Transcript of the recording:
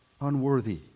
unworthy